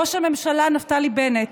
ראש הממשלה נפתלי בנט,